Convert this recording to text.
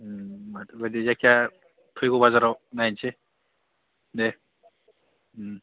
होनबाथ' बिदि जायखिजाया फैगौ बाजाराव नायनोसै दे